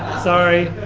sorry.